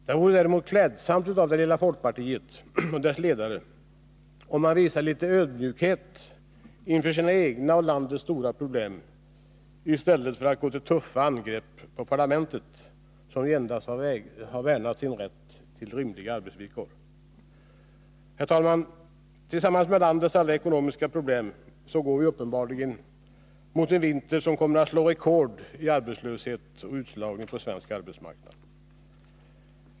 Det vore däremot klädsamt av det lilla folkpartiet och dess ledare, om man visade litet ödmjukhet inför sina egna och landets stora problem i stället för att gå till tuffa angrepp mot parlamentet, som endast har värnat sin rätt till rimliga arbetsvillkor. Herr talman! Tillsammans med landets alla ekonomiska problem går vi uppenbarligen mot en vinter som kommer att slå rekord i arbetslöshet och utslagning på den svenska arbetsmarknaden.